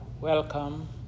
Welcome